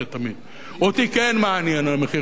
אותי כן מעניין המחיר של הדלק, אדוני.